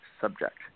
subject